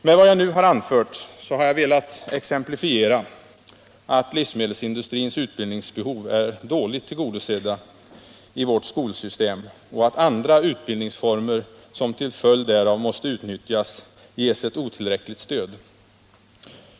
Med vad jag nu anfört har jag velat exemplifiera att livsmedelsindustrins utbildningsbehov är dåligt tillgodosedda i vårt skolsystem och att andra utbildningsformer som till följd därav måste utnyttjas ges ett otillräckligt stöd.